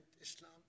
Islam